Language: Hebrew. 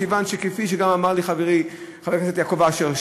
מכיוון שכפי שגם אמר לי חברי חבר הכנסת יעקב אשר,